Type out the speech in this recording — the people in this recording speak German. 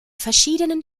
verschiedenen